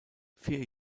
vier